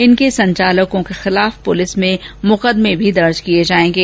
इनके संचालकों के खिलाफ प्रलिस में मुकदमे भी दर्ज कराए जाएंगे